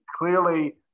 clearly